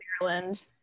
Maryland